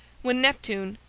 when neptune,